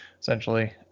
essentially